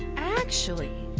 actually,